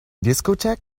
discotheque